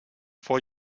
for